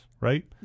right